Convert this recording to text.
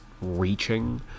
reaching